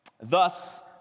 Thus